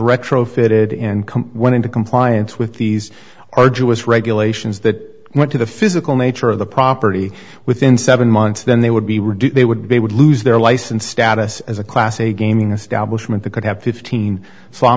retrofitted income went into compliance with these arduous regulations that went to the physical nature of the property within seven months then they would be reduced they would be would lose their license status as a class a gaming establishment that could have fifteen